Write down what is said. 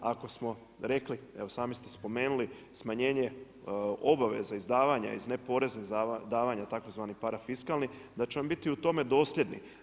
Ako smo rekli, evo sami ste spomenuli, smanjenje obaveze izdavanja iz ne poreznih davanja tzv. parafiskalni da ćemo biti u tome dosljedni.